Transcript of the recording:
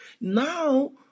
now